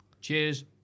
Cheers